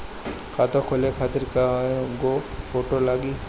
खाता खोले खातिर कय गो फोटो लागी?